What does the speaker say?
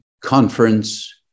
Conference